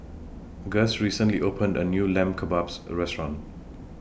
Guss recently opened A New Lamb Kebabs Restaurant